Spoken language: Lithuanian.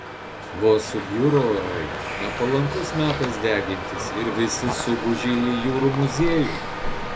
vos subjuro orai nepalankus metas degintis ir visi suguži į jūrų muziejų